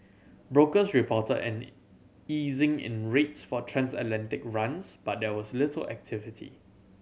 brokers reported an easing in rates for transatlantic runs but there was little activity